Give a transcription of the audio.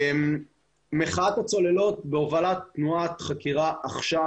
מחאת הצוללות בהובלת תנועת חקירה עכשיו